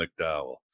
McDowell